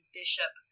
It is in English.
bishop